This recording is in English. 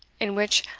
in which,